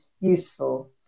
useful